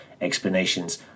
explanations